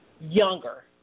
younger